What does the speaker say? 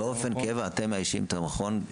באופן קבע אתם מאיישים את המכון?